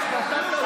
בבקשה,